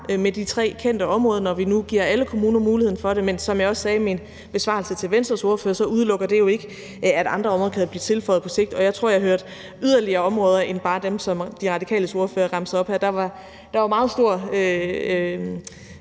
med de tre kendte områder, når vi nu giver alle kommuner muligheden for det. Men som jeg også sagde i min besvarelse til Venstres ordfører, udelukker det jo ikke, at andre områder kan blive tilføjet på sigt, og jeg tror, at jeg hørte yderligere områder end bare dem, som den radikale spørger remser op her. Der var meget stor